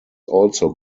also